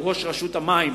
הוא ראש רשות המים,